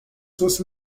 fosse